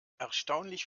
erstaunlich